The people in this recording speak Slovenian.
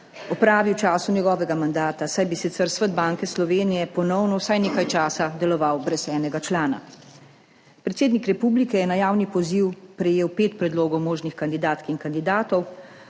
opravi v času njegovega mandata, saj bi sicer Svet Banke Slovenije ponovno vsaj nekaj časa deloval brez enega člana. Predsednik republike je na javni poziv prejel pet predlogov možnih kandidatk in kandidatov.